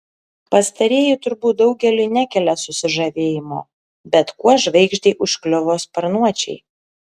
pastarieji turbūt daugeliui nekelia susižavėjimo bet kuo žvaigždei užkliuvo sparnuočiai